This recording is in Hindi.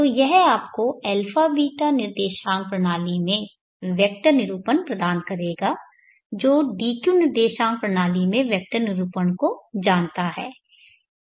तो यह आपको αβ निर्देशांक प्रणाली में वेक्टर निरूपण प्रदान करेगा जो dq निर्देशांक प्रणाली में वेक्टर निरूपण को जानता है